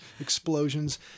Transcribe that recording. explosions